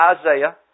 Isaiah